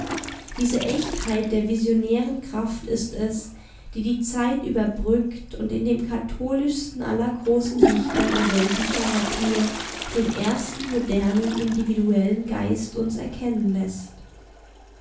diese echtheit der visionären kraft ist es die die zeit überbrückt und in dem katholischsten aller großen dichter der weltliteratur den ersten modernen individuellen geist uns erkennen läßt